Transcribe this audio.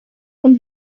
john